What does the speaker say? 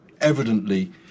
evidently